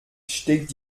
steckt